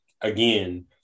Again